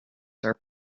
are